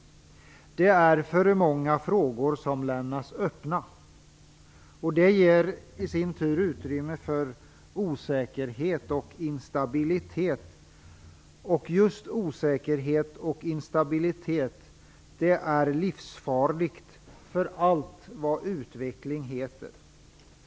Alltför många frågor lämnas öppna. Det i sin tur ger utrymme för osäkerhet och instabilitet. Just osäkerhet och instabilitet är livsfarliga för allt vad utveckling heter.